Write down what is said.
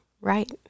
right